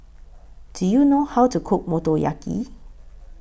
Do YOU know How to Cook Motoyaki